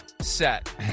set